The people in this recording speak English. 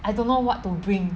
I don't know what to bring